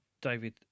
David